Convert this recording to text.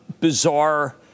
bizarre